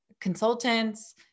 consultants